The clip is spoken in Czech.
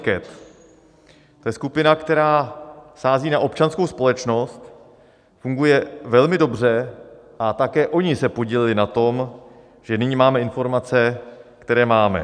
To je skupina, která sází na občanskou společnost, funguje velmi dobře a také oni se podíleli na tom, že nyní máme informace, které máme.